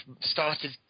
started